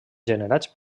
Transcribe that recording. generats